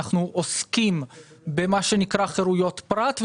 אנחנו עוסקים בחירויות פרט,